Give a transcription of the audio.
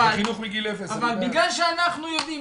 אבל בגלל שאנחנו יודעים,